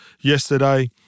yesterday